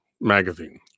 magazine